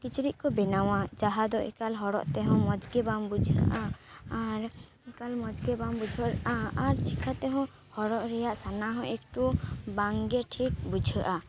ᱠᱤᱪᱨᱤᱡ ᱠᱚ ᱵᱮᱱᱟᱣᱟ ᱡᱟᱦᱟᱸ ᱫᱚ ᱮᱠᱟᱞ ᱦᱚᱨᱚᱜ ᱛᱮᱦᱚᱸ ᱢᱚᱡᱽ ᱜᱮ ᱵᱟᱝ ᱵᱩᱡᱷᱟᱹᱜᱼᱟ ᱟᱨ ᱚᱱᱠᱟᱱ ᱢᱚᱡᱽ ᱜᱮ ᱵᱟᱝ ᱵᱩᱡᱷᱟᱹᱜᱼᱟ ᱟᱨ ᱪᱮᱠᱟ ᱛᱮᱦᱚᱸ ᱦᱚᱨᱚᱜ ᱨᱮᱭᱟᱜ ᱥᱟᱱᱟ ᱦᱚᱸ ᱮᱠᱴᱩ ᱵᱟᱝᱜᱮ ᱴᱷᱤᱠ ᱵᱩᱡᱷᱟᱹᱜᱼᱟ